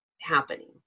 happening